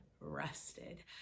rested